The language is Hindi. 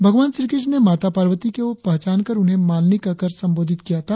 भगवान श्रीकृष्ण ने माता पार्वती को पहचान कर उन्हें मालिनी कहकर संबोधित किया था